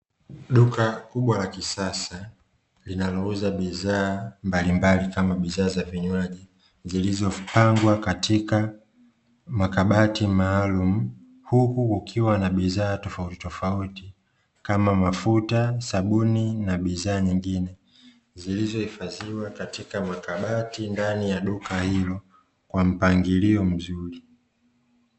Duka kubwa la kisasa linalouza bidhaa mbalimbali kama bidhaa za vinywaji zilizo pangwa katika makabati maalumu, huku kukiwa na bidhaa tofauti tofauti kama mafuta, sabuni na bidhaa nyingine, zilizo hifadhiwa katika makabati ndani ya duka hilo kwa mpangilio mzuri.